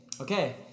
Okay